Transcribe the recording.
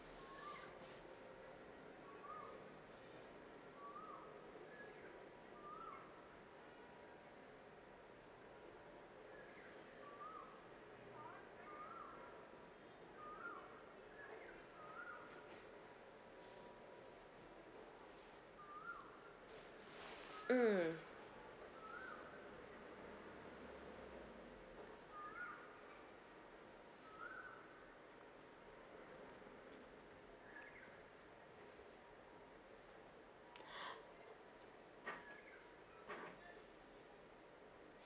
mm